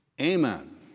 Amen